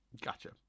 Gotcha